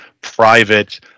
private